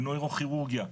בנוירוכירורגיה,